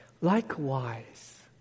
Likewise